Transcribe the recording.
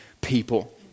people